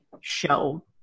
show